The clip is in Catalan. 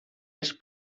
els